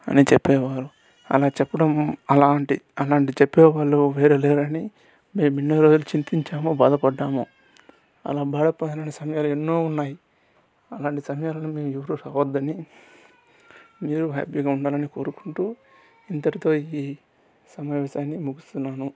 అని చెప్పేవారు అలా చెప్పడం అలాంటి అలాంటి చెప్పేవాళ్ళు వేరే లేరని మేము ఇన్నిరోజులు చింతించాము బాధపడ్డాము అలా బాధపడిన సమయాలు ఎన్నో ఉన్నాయి అలాంటి సమయాలను మీ రెవురు రావద్దని మీరు హ్యాప్పీగా వుండాలని కోరుకుంటూ ఇంతటితో ఈ సమావేశాన్ని ముగిస్తున్నాను